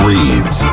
Reads